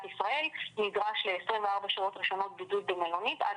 ישראל נדרש ל-24 שעות ראשונות בידוד במלונית עד